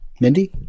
Mindy